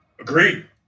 Agreed